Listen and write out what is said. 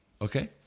okay